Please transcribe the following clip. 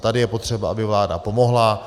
Tady je potřeba, aby vláda pomohla.